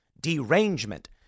derangement